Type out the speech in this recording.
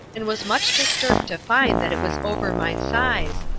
and was much disturbed to find that it was over my size,